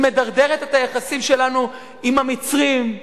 היא מדרדרת את היחסים שלנו עם המצרים,